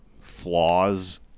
flaws